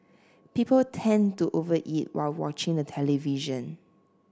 people tend to over eat while watching the television